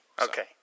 Okay